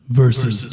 versus